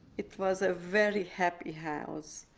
it was a very happy house,